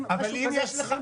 משהו כזה,